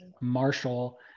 Marshall